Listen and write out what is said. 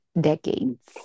decades